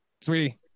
sweetie